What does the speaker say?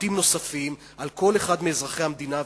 ופרטים נוספים על כל אחד מאזרחי המדינה.